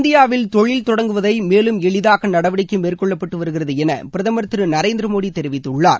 இந்தியாவில் தொழில் தொடங்குவதை மேலும் எளிதாக்க நடவடிக்கை மேற்கொள்ளப்பட்டு வருகிறது என பிரதமர் திரு நரேந்திர மோடி தெரிவித்துள்ளார்